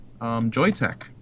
Joytech